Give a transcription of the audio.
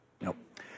Nope